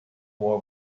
war